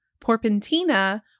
Porpentina